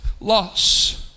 loss